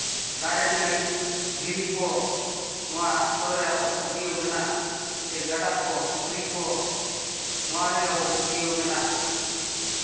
ᱫᱟᱨᱮᱼᱱᱟᱹᱲᱤ ᱫᱷᱤᱨᱤ ᱠᱚ ᱱᱚᱣᱟ ᱠᱚᱨᱮ ᱟᱵᱚᱣᱟᱜ ᱯᱟᱹᱛᱭᱟᱹᱣ ᱢᱮᱱᱟᱜ ᱥᱮ ᱜᱟᱰᱟ ᱠᱚ ᱯᱩᱠᱷᱨᱤ ᱠᱚ ᱱᱚᱣᱟ ᱨᱮᱜᱮ ᱟᱵᱚ ᱯᱟᱹᱛᱭᱟᱹᱣ ᱢᱮᱱᱟᱜ